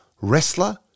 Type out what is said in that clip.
wrestler